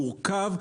מורכב,